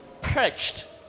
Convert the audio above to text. perched